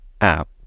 app